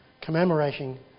commemorating